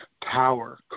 power